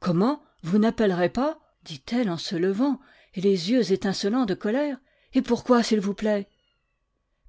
comment vous n'appellerez pas dit-elle en se levant et les yeux étincelants de colère et pourquoi s'il vous plaît